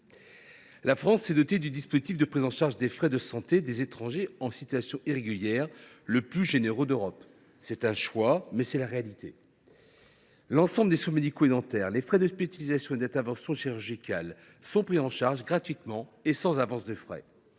La France s’est dotée du dispositif de prise en charge des frais de santé des étrangers en situation irrégulière le plus généreux d’Europe. C’est un choix, mais c’est la réalité. L’ensemble des soins médicaux et dentaires, les frais d’hospitalisation et les interventions chirurgicales sont pris en charge gratuitement et sans avance de frais.